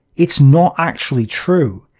it's not actually true.